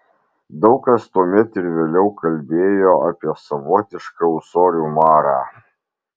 daug kas tuomet ir vėliau kalbėjo apie savotišką ūsorių marą